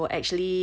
什么都